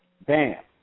bam